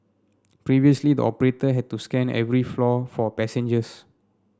previously the operator had to scan every floor for passengers